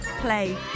play